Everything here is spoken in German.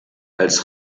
als